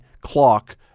clock